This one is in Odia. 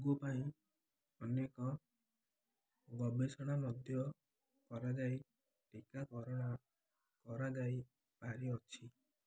ଆଗ ପାଇଁ ଅନେକ ଗବେଷଣା ମଧ୍ୟ କରାଯାଇ ଟୀକାକରଣ କରାଯାଇ ପାରିଅଛି